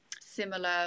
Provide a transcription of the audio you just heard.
similar